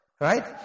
right